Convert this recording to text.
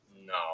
No